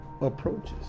approaches